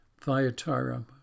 Thyatira